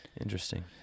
Interesting